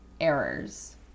errors